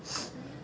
but leh